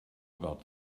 about